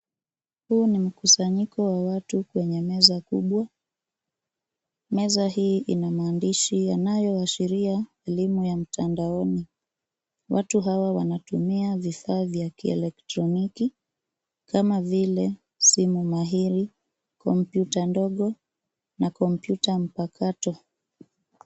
Huu ni mkusanyiko wa watu kwenye meza kubwa. Meza hii ina maandishi yanayoashiria elimu ya mtandaoni. Watu hawa wanatumia vifaa vya kielektroniki kama vile, simu mahiri, kompyuta ndogo, na kompyuta mpakato.